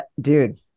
Dude